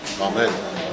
amen